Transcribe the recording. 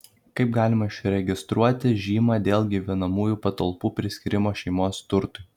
kaip galima išregistruoti žymą dėl gyvenamųjų patalpų priskyrimo šeimos turtui